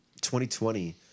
2020